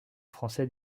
français